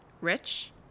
Rich